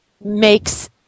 makes